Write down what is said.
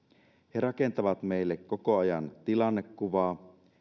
he rakentavat meille koko ajan tilannekuvaa